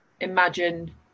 imagine